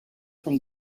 from